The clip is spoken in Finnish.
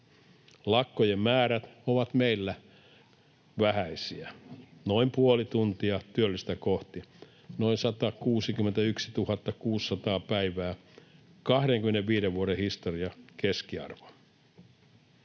Lakkojen määrät ovat meillä vähäisiä: noin puoli tuntia työllistä kohti, noin 161 600 päivää on 25 vuoden historian keskiarvo.